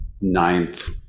ninth